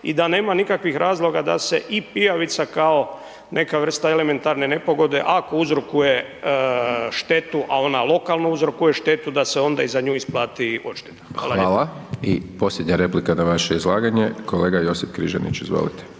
i da nema nikakvih razloga da se i pijavica kao neka vrsta elementarne nepogode ako uzrokuje štetu, a ona lokalno uzrokuje štetu, da se onda i za nju isplati odšteta. Hvala lijepa. **Hajdaš Dončić, Siniša (SDP)** Hvala. I posljednja replika na vaše izlaganje, kolega Josip Križanić, izvolite.